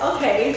Okay